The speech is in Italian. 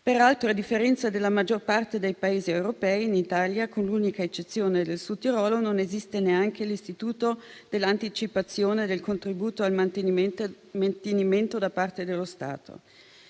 Peraltro, a differenza della maggior parte dei Paesi europei, in Italia (con l'unica eccezione del Sud Tirolo) non esiste neanche l'istituto dell'anticipazione del contributo al mantenimento da parte dello Stato.